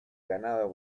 ganado